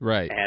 Right